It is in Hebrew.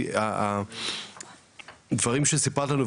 כי הדברים שסיפרת לנו,